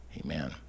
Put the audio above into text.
Amen